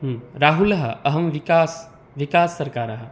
राहुल अहं विकासः विकाससर्कारः